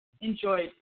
enjoyed